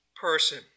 person